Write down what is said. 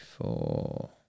four